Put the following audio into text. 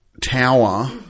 tower